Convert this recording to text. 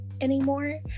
anymore